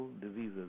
diseases